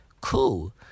Cool